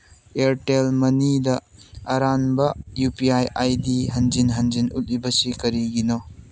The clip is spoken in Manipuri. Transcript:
ꯑꯦꯌꯔꯇꯦꯜ ꯃꯅꯤꯗ ꯑꯔꯥꯟꯕ U P I I D ꯍꯟꯖꯤꯟ ꯍꯟꯖꯤꯟ ꯎꯠꯂꯤꯕꯁꯤ ꯀꯔꯤꯒꯤꯅꯣ